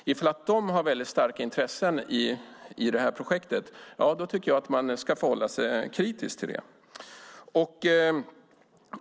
Om de har starka intressen i detta projekt tycker jag att man ska förhålla sig kritisk till det.